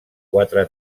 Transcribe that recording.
quatre